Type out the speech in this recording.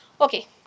okay